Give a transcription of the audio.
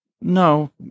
No